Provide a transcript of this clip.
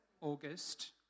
August